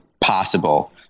possible